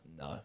No